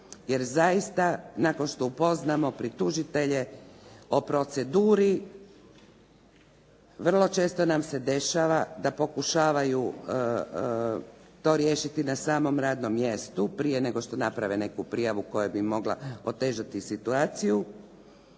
jer zaista nakon što upoznamo pritužitelje o proceduri, vrlo često nam se dešava da pokušavaju to riješiti na samom radnom mjestu prije nego što naprave neku prijavu koja bi mogla otežati situaciju,